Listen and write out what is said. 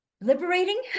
liberating